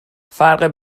فرق